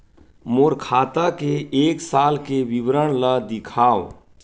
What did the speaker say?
मोर खाता के एक साल के विवरण ल दिखाव?